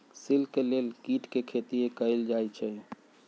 silk के लेल कीट के खेती कएल जाई छई